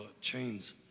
chains